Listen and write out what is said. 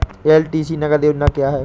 LTC नगद योजना क्या है?